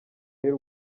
y’u